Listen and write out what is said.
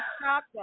stop